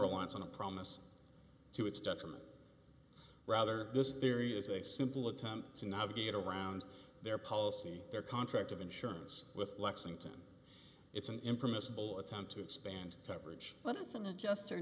reliance on a promise to its detriment rather this theory is a simple attempt to navigate around their policy their contract of insurance with lexington it's an impermissible attempt to expand coverage but if an adjust